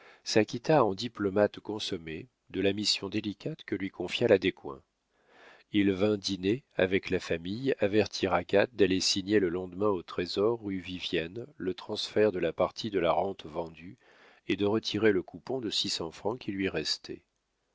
s'acquitta en diplomate consommé de la mission délicate que lui confia la descoings il vint dîner avec la famille avertir agathe d'aller signer le lendemain au trésor rue vivienne le transfert de la partie de la rente vendue et de retirer le coupon de six cents francs qui lui restait